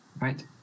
right